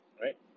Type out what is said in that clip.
right